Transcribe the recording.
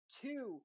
two